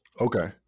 Okay